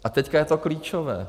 A teď je to klíčové.